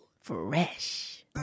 fresh